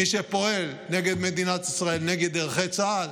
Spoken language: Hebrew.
מי שפועל נגד מדינת ישראל, נגד ערכי צה"ל,